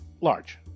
Large